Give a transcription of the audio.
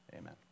amen